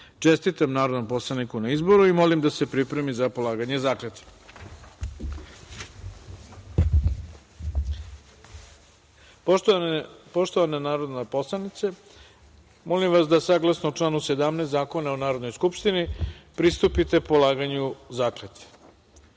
Kocić. Čestitam narodnom poslaniku na izboru i molim da se pripremi za polaganje zakletve. Poštovana narodna poslanice, molim vas da, saglasno članu 17. Zakona o Narodnoj skupštini, pristupite polaganju